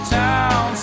town